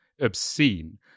obscene